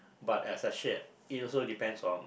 but as I shared it also depends on